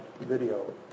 video